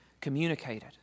communicated